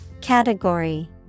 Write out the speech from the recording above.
Category